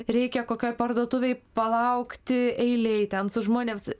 reikia kokioj parduotuvėj palaukti eilei ten su žmonėm